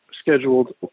scheduled